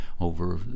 over